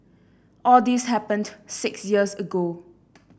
all this happened six years ago